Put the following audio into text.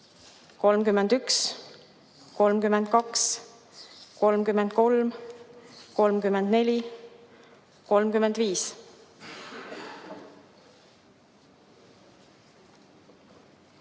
31. 32, 33, 34, 35.